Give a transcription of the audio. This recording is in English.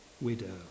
widow